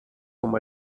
com